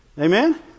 Amen